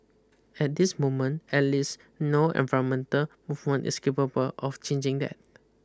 at this moment at least no environmental movement is capable of changing that